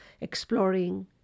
exploring